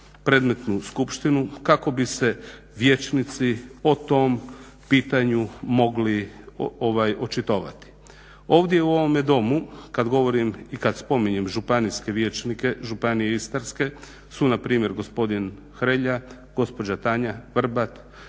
predmetnu skupštinu kako bi se vijećnici o tom pitanju mogli očitovati. Ovdje u ovome Domu, kad govorim i kad spominjem županijske vijećnike županije Istarske su na primjer gospodin Hrelja, gospođa Tanja Vrbat,